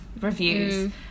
reviews